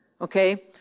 Okay